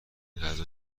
غذا